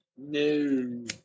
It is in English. No